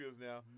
now